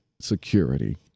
security